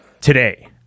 today